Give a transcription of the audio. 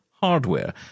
hardware